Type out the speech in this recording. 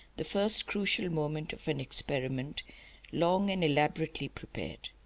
the first crucial moment of an experiment long and elaborately prepared.